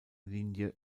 linie